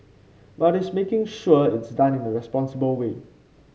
but it's making sure it's done in a responsible way